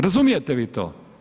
Razumijete vi to?